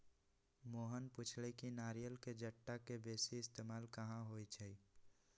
मोहन पुछलई कि नारियल के जट्टा के बेसी इस्तेमाल कहा होई छई